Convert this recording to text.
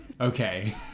Okay